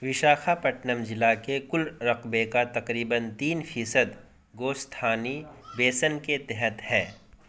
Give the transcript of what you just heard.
وشاکھا پٹنم ضلع کے کل رقبے کا تقریباً تین فیصد گوستھانی بیسن کے تحت ہے